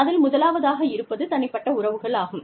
அதில் முதலாவதாக இருப்பது தனிப்பட்ட உறவுகள் ஆகும்